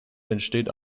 entsteht